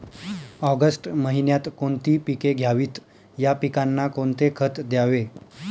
August महिन्यात कोणती पिके घ्यावीत? या पिकांना कोणते खत द्यावे?